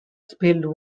spilled